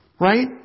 right